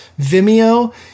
Vimeo